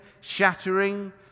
shattering